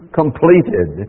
completed